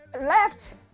left